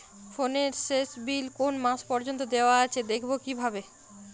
ফোনের শেষ বিল কোন মাস পর্যন্ত দেওয়া আছে দেখবো কিভাবে?